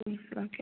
okay